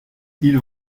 ils